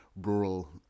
rural